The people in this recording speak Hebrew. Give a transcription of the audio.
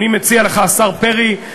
אני מציע לך, השר פרי,